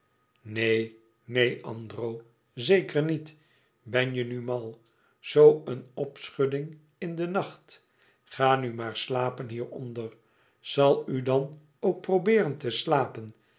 neen neen andro zeker niet ben je nu mal zoo een opschudding in den nacht ga nu maar slapen hier onder zal u dan ook probeeren te slapen